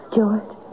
George